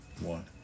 one